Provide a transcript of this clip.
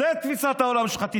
זאת תפיסת העולם שלך.